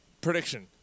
prediction